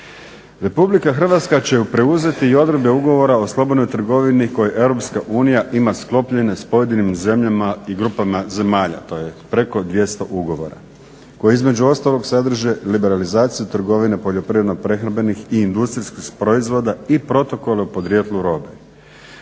RH će preuzeti i odredbe ugovora o slobodnoj trgovini koje EU ima sklopljene s pojedinim zemljama i grupama zemalja, to je preko 200 ugovora, koji između ostalog sadrže liberalizaciju trgovine poljoprivredno-prehrambenih i industrijskih proizvoda i protokol o podrijetlu robe.